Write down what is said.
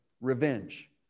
Revenge